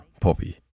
Poppy